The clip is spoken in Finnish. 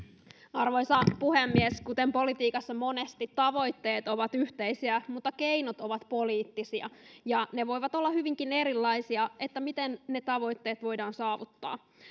arvoisa puhemies kuten politiikassa monesti tavoitteet ovat yhteisiä mutta keinot ovat poliittisia ja ne voivat olla hyvinkin erilaisia siinä miten ne tavoitteet voidaan saavuttaa